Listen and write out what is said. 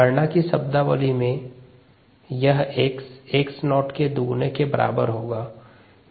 गणना की शब्दावली में यह x x नॉट के दोगुने के बराबर होगा